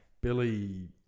Billy